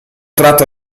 tratto